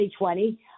2020